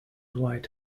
white